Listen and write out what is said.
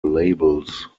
labels